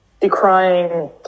decrying